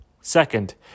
Second